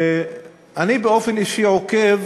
אני באופן אישי עוקב